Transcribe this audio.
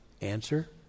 Answer